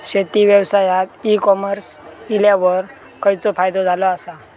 शेती व्यवसायात e commerce इल्यावर खयचो फायदो झालो आसा?